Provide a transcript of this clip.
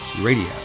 Radio